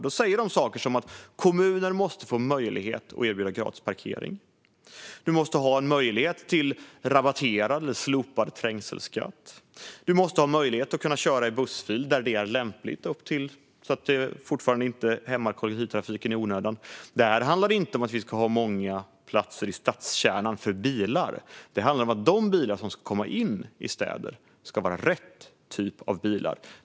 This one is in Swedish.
De säger sådant som att kommuner måste få möjlighet att erbjuda gratis parkering, att man måste ha möjlighet att få rabatterad eller slopad trängselskatt eller att man måste ha möjlighet att köra i bussfil där det är lämpligt utan att det hämmar kollektivtrafiken. Det handlar inte om att vi måste ha många platser för bilar i stadskärnan. Det handlar om att de bilar som ska komma in i städer ska vara rätt typ av bilar.